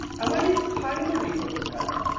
and when he finally woke,